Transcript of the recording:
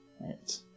Right